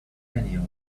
centennial